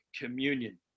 communion